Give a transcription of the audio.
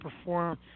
perform